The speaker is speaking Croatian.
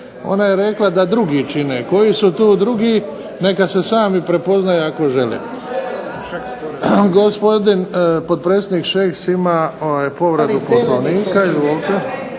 Ona je rekla da drugi čine, koji su to drugi neka se sami prepoznaju ako žele. Gospodin potpredsjednik Šeks ima povredu Poslovnika.